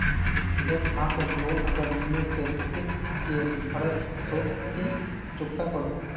एक लाख केर लोन अगर लिलो ते कतेक कै बरश सोत ती चुकता करबो?